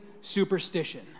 superstition